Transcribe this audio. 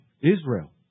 Israel